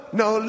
no